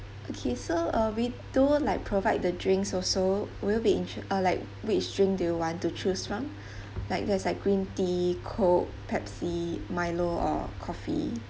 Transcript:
okay so uh we do like provide the drinks also will you be interes~ uh like which drink do you want to choose from like there's like green tea coke pepsi milo or coffee